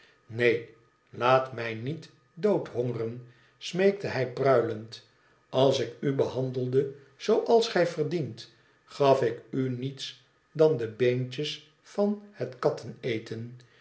sneen laat mij niet doodhongeren smeekte hij pruilend als ik u behandelde zooals gij verdient gaf ik u niets dan de beentjes van het katteneten